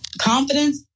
confidence